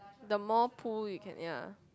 the more pool you can ya